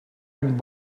and